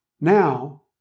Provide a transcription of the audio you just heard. Now